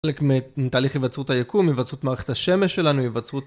חלק מתהליך היווצרות היקום, היווצרות מערכת השמש שלנו, היווצרות...